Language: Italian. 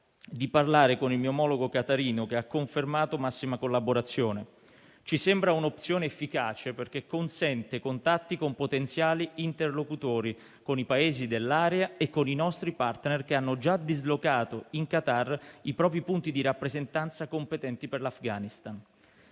di parlare con il mio omologo qatarino, che ha confermato massima collaborazione. Ci sembra un'opzione efficace perché consente contatti con potenziali interlocutori, con i Paesi dell'area e con i nostri *partner* che hanno già dislocato in Qatar i propri punti di rappresentanza competenti per l'Afghanistan.